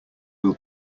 will